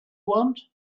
want